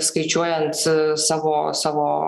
skaičiuojant savo savo